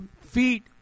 feet